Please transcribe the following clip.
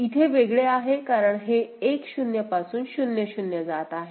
इथे वेगळे आहे कारण हे 1 0 पासून 0 0 जात आहे